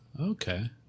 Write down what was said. Okay